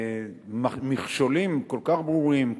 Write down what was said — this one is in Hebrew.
מכשולים כל כך ברורים,